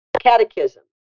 catechism